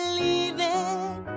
leaving